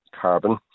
carbon